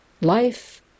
life